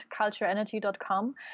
cultureenergy.com